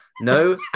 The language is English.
No